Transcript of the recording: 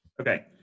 Okay